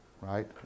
Right